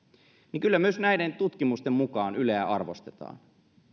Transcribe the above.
niin kyllä myös näiden tutkimusten mukaan yleä arvostetaan